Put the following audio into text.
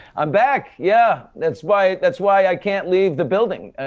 i'm back, yeah. that's why that's why i can't leave the building.